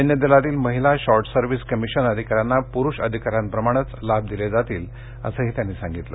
सैन्य दलातील महिला शॉर्ट सर्विस कमिशन अधिकाऱ्यांना पुरुष अधिकाऱ्यांप्रमाणेच लाभ दिले जातील असंही त्यांनी सांगितलं